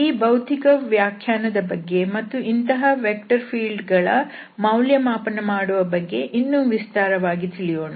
ಈ ಭೌತಿಕ ವ್ಯಾಖ್ಯಾನದ ಬಗ್ಗೆ ಮತ್ತು ಇಂತಹ ವೆಕ್ಟರ್ ಫೀಲ್ಡ್ ಗಳ ಮೌಲ್ಯಮಾಪನ ಮಾಡುವ ಬಗ್ಗೆ ಇನ್ನು ವಿಸ್ತಾರವಾಗಿ ತಿಳಿಯೋಣ